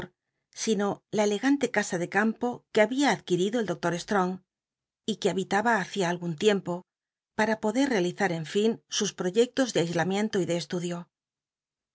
sino la elegante casa de campo que babia ad uirido el doctor strong y que habitaba hacia algun tiempo para poder realizar en fin sus proyectos de aislamiento y de estudio